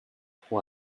who